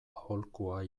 aholkua